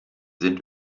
sind